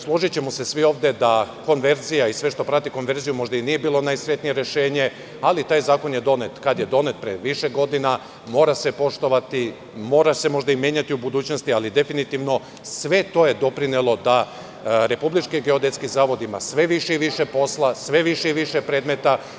Složićemo se svi ovde da konverzija i sve što prati konverziju možda i nije bilo najsrećnije rešenje, ali taj zakon je donet, kad je donet, pre više godina, mora se poštovati, mora se možda i menjati u budućnosti, ali definitivno sve to je doprinelo da Republički geodetski zavod ima sve više i više posla, sve više i više predmeta.